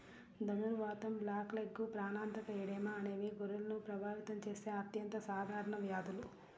ధనుర్వాతం, బ్లాక్లెగ్, ప్రాణాంతక ఎడెమా అనేవి గొర్రెలను ప్రభావితం చేసే అత్యంత సాధారణ వ్యాధులు